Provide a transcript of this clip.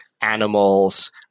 animals